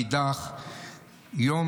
מאידך גיסא,